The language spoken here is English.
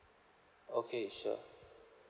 okay sure